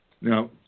Now